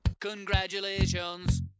Congratulations